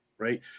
right